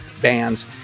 bands